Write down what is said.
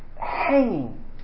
hanging